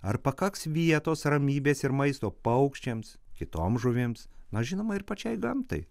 ar pakaks vietos ramybės ir maisto paukščiams kitoms žuvims nors žinoma ir pačiai gamtai